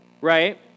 Right